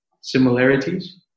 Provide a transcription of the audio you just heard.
similarities